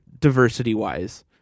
diversity-wise